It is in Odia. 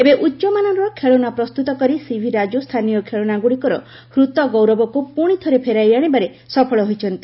ଏବେ ଉଚ୍ଚମାନର ଖେଳନା ପ୍ରସ୍ତୁତ କରି ସିଭି ରାଜୁ ସ୍ଥାନୀୟ ଖେଳନା ଗୁଡ଼ିକର ହୃତ ଗୌରବକୁ ପୁଣିଥରେ ଫେରାଇ ଆଣିବାରେ ସଫଳ ହୋଇଛନ୍ତି